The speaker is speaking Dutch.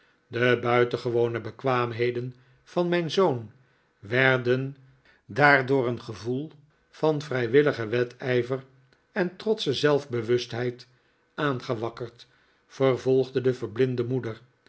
de buitengewone bekwaamheden van mijn zoon werden daar door een gevoel van vrijwilligen wedijver en trotsche zelfbewustheid aangewakkerd vervolgde de verblinde moeder